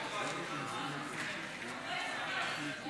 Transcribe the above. לעניין הזכות להתנגד,